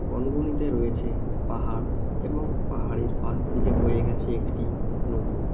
গনগনিতে রয়েছে পাহাড় এবং পাহাড়ের পাশ দিকে বয়ে গেছে একটি নদী